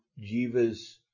Jiva's